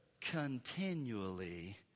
continually